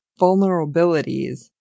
vulnerabilities